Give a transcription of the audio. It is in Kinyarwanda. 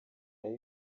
aho